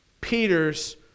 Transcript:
Peter's